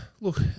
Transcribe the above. Look